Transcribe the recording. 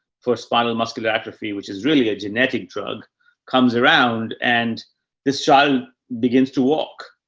for spinal muscular atrophy, which is really a genetic drug comes around and this child begins to walk.